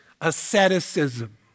asceticism